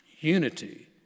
Unity